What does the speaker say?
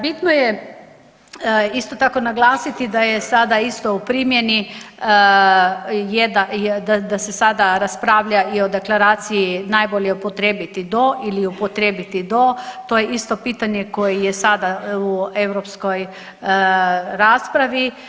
Bitno je isto tako naglasiti da je sada isto u primjeni, da se sada raspravlja i o deklaraciji najbolje upotrijebiti do ili upotrijebiti do, to je isto pitanje koje je sada u europskoj raspravi.